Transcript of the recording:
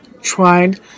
tried